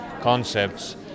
concepts